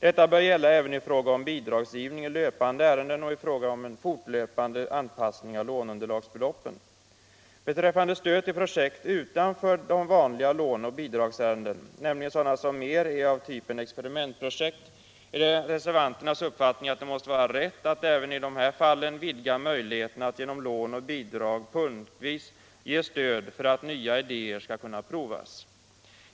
Detta bör gälla även i fråga om bidragsgivning i löpande ärenden och en fortgående anpassning av låneunderlagsbeloppen. nämligen sådana som mer är av typen experimentprojekt, är det reservanternas uppfattning att det måste vara rätt att även i dessa fall vidga möjligheterna att genom lån och bidrag punktvis ge stöd för att nya idéer skall kunna prövas.